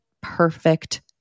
perfect